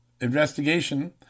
investigation